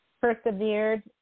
persevered